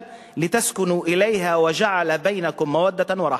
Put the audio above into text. לתסכּנו אליהא וג'על בינכּם מודה ורחמה.